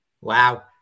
wow